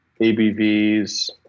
ABVs